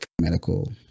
medical